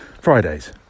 Fridays